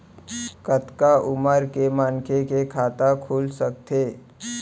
कतका उमर के मनखे के खाता खुल सकथे?